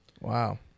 Wow